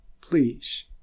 please